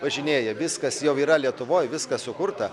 važinėja viskas jau yra lietuvoj viskas sukurta